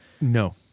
No